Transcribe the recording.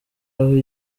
aho